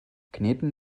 kneten